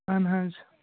اہَن حظ